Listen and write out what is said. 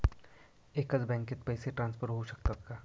एकाच बँकेत पैसे ट्रान्सफर होऊ शकतात का?